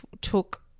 took